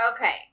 Okay